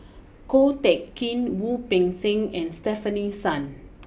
Ko Teck Kin Wu Peng Seng and Stefanie Sun